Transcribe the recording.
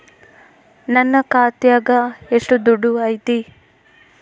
ನನ್ನ ಖಾತ್ಯಾಗ ಎಷ್ಟು ದುಡ್ಡು ಐತಿ?